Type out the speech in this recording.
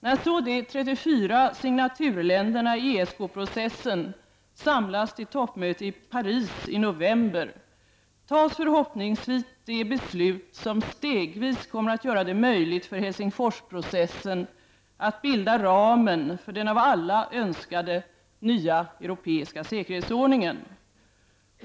När så de 34 signaturländerna i ESK-processen samlas till toppmöte i Paris i november, fattas förhoppningsvis de beslut som stegvis kommer att göra det möjligt för Helsingfors-processen att bilda ramen för den av alla önskade nya europeiska säkerhetsordningen.